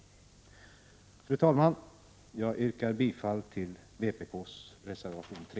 Fru talman! Jag yrkar bifall till vpk:s reservation 3.